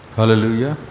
Hallelujah